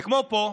וכמו פה,